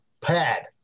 pad